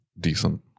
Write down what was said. decent